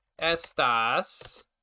Estas